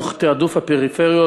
תוך העדפת הפריפריות,